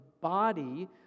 body